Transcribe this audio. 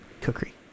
Cookery